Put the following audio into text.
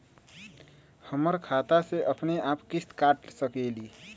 हमर खाता से अपनेआप किस्त काट सकेली?